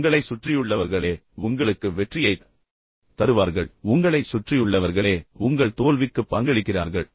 உங்களைச் சுற்றியுள்ளவர்களே உங்களுக்கு வெற்றியைத் தருவார்கள் உங்களைச் சுற்றியுள்ளவர்களே உங்கள் தோல்விக்கு பங்களிக்கிறார்கள்